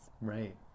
Right